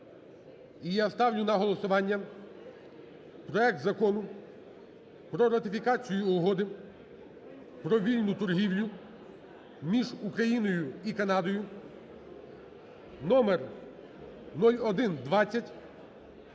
я ставлю на голосування проект Закону про ратифікацію Угоди про вільну торгівлю між Україною і Канадою (№ 0120)